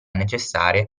necessarie